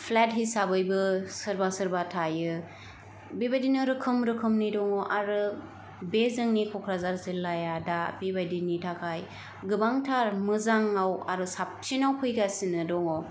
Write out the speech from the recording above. flat हिसाबैबो सोरबा सोरबा थायो बे बायदिनो रोखोम रोखोमनि दङ आरो बे जोंनि ककराझार जिल्लाया दा बेबायदिनि थाखाय गोबांथार मोजाङाव आरो साबसिनाव फैगासिनो दङ